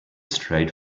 straight